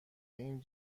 این